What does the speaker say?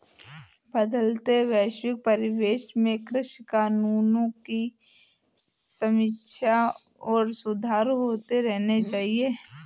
बदलते वैश्विक परिवेश में कृषि कानूनों की समीक्षा और सुधार होते रहने चाहिए